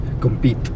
compete